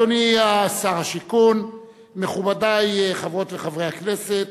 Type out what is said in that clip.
נעבור להצעות לסדר-היום מס' 8707,